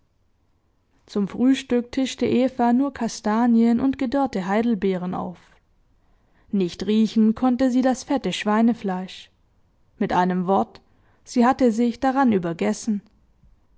zum frühstück tischte eva nur kastanien und gedörrte heidelbeeren auf nicht riechen konnte sie das fette schweinefleisch mit einem wort sie hatte sich daran